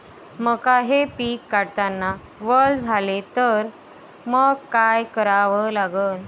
मका हे पिक काढतांना वल झाले तर मंग काय करावं लागन?